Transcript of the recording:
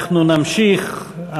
אנחנו נמשיך.